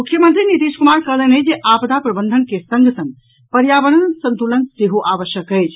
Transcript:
मुख्यमंत्री नीतीश कुमार कहलनि अछि जे आपदा प्रबंधन के संग संग पर्यावरण संतुलन सेहो आवश्यक अछि